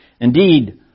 Indeed